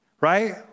right